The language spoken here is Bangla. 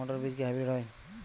মটর বীজ কি হাইব্রিড হয়?